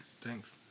Thanks